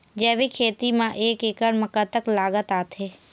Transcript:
जैविक खेती म एक एकड़ म कतक लागत आथे?